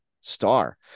star